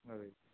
అదే